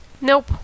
Nope